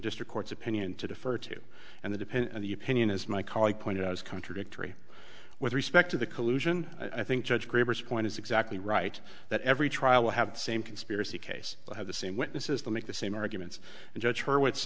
district court's opinion to defer to and they depend on the opinion as my colleague pointed out is contradictory with respect to the collusion i think judge grabarz point is exactly right that every trial will have the same conspiracy case they have the same witnesses that make the same arguments and judge her wh